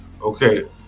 Okay